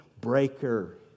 breaker